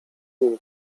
nim